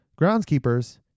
groundskeepers